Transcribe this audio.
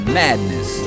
madness